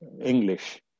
English